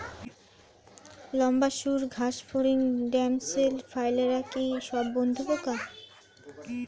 লম্বা সুড় ঘাসফড়িং ড্যামসেল ফ্লাইরা কি সব বন্ধুর পোকা?